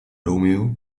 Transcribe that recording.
romeo